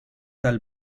tal